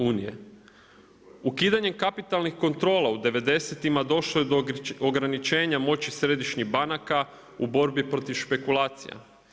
Ukidanje kapitalnih kontrola u '90.-tima došlo je do ograničenja moći središnjih banaka u borbi protiv špekulacija.